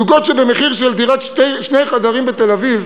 זוגות, שבמחיר של דירת שני חדרים בתל-אביב